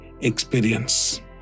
experience